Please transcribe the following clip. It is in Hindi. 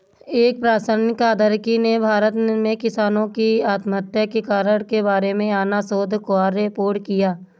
एक प्रशासनिक अधिकारी ने भारत में किसानों की आत्महत्या के कारण के बारे में अपना शोध कार्य पूर्ण किया